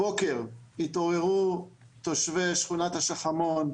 הבוקר התעוררו תושבי שכונת שחמון,